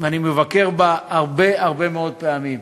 ואני מבקר בה הרבה, הרבה מאוד פעמים.